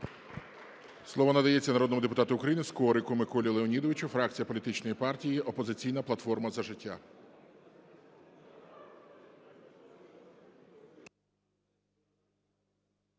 Слово надається народному депутату України Скорику Миколі Леонідовичу, фракція політичної партії "Опозиційна платформа – За життя".